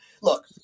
look